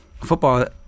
football